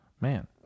man